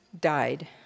died